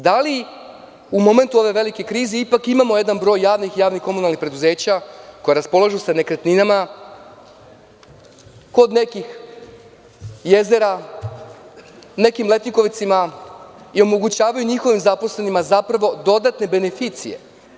Da li u momentu ove velike krize ipak imamo jedan broj javnih komunalnih preduzeća koja raspolažu sa nekretninama kod nekih jezera, u nekim letnjikovcima i omogućavaju njihovim zaposlenima dodatne beneficije?